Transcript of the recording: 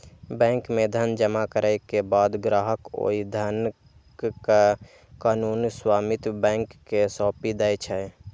bank मे धन जमा करै के बाद ग्राहक ओइ धनक कानूनी स्वामित्व बैंक कें सौंपि दै छै